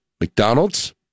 McDonald's